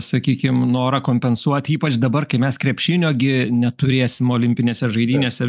sakykim norą kompensuoti ypač dabar kai mes krepšinio gi neturėsim olimpinėse žaidynėse